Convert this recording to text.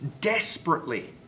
desperately